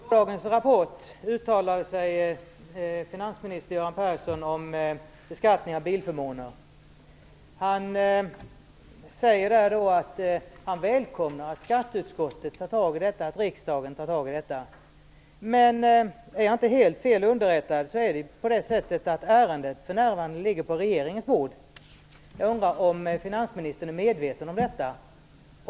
Fru talman! I gårdagens Rapport uttalade sig finansminister Göran Persson om beskattningen av bilförmåner. Han sade att han välkomnade att riksdagen och skatteutskottet tar tag i frågan. Om jag inte är helt fel underrättad ligger ärendet för närvarande på regeringens bord. Är finansministern medveten om den saken?